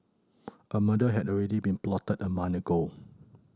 a murder had already been plotted a month ago